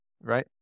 right